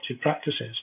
practices